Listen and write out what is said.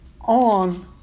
on